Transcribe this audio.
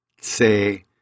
say